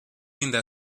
ainda